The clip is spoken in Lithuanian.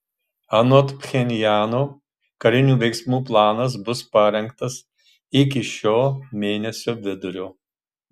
anot pchenjano karinių veiksmų planas bus parengtas iki šio mėnesio vidurio